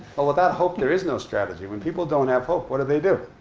but without hope, there is no strategy. when people don't have hope, what do they do?